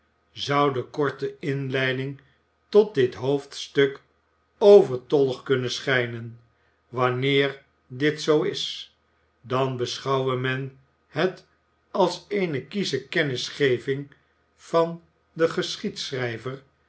de korte inleiding tot dit hoofdstuk overtollig kunnen schijnen wanneer dit zoo is dan beschouvve men het als eene kiesche kennisgeving van den